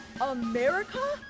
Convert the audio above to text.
America